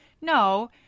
no